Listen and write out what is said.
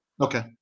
okay